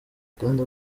kandi